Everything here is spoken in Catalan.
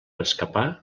escapar